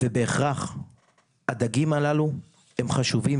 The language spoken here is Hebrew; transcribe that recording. ובהכרח הדגים הללו הם חשובים,